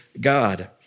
God